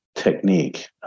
technique